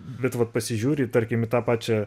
bet va pasižiūri tarkim į tą pačią